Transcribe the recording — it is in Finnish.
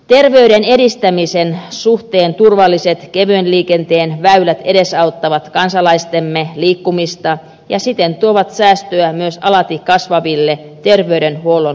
terveyden edistämisen suhteen turvalliset kevyen liikenteen väylät edesauttavat kansalaistemme liikkumista ja siten tuovat säästöä myös alati kasvavissa terveydenhuollon kustannuksissa